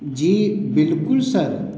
जी बिल्कुल सर